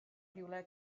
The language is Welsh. rhywle